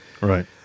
Right